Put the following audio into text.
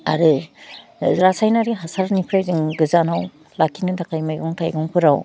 आरो रासाइनारि हासानिफ्राइ जों गोजानाव लाखिनो थाखाय मैगं थाइगंफोराव